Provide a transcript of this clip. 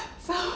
so